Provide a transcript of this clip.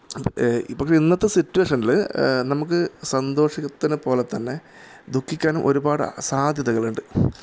ഇപ്പോൾ ഇന്നത്തെ സിറ്റുവേഷനിൽനമുക്ക് സന്തോഷത്തിനെ പോലെ തന്നെ ദുഃഖിക്കാനും ഒരുപാട് സാധ്യതകളുണ്ട്